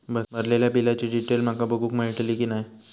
भरलेल्या बिलाची डिटेल माका बघूक मेलटली की नाय?